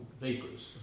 vapors